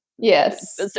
Yes